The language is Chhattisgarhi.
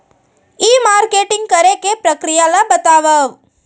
ई मार्केटिंग करे के प्रक्रिया ला बतावव?